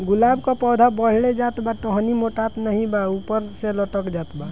गुलाब क पौधा बढ़ले जात बा टहनी मोटात नाहीं बा ऊपर से लटक जात बा?